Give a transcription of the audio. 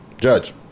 Judge